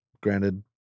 Granted